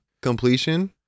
completion